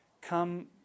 Come